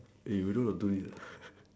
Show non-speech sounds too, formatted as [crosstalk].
eh you really want to do it [breath]